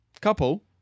Couple